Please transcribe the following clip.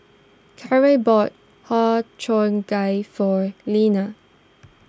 Kiarra bought Har Cheong Gai for Leeann